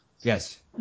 Yes